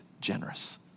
generous